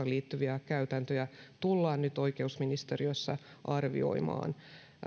liittyviä käytäntöjä tullaan nyt oikeusministeriössä arvioimaan